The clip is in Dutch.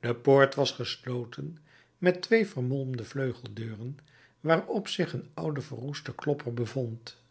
de poort was gesloten met twee vermolmde vleugeldeuren waarop zich een oude verroeste klopper bevond